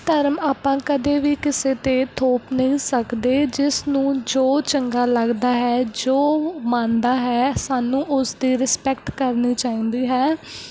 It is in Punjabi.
ਧਰਮ ਆਪਾਂ ਕਦੇ ਵੀ ਕਿਸੇ 'ਤੇ ਥੋਪ ਨਹੀਂ ਸਕਦੇ ਜਿਸ ਨੂੰ ਜੋ ਚੰਗਾ ਲੱਗਦਾ ਹੈ ਜੋ ਉਹ ਮੰਨਦਾ ਹੈ ਸਾਨੂੰ ਉਸਦੀ ਰਿਸਪੈਕਟ ਕਰਨੀ ਚਾਹੀਦੀ ਹੈ